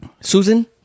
Susan